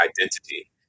identity